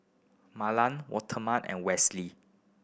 Marlon Waldemar and Westley